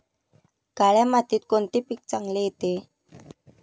काळ्या मातीत कोणते पीक चांगले येते?